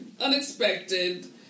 unexpected